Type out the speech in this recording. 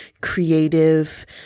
creative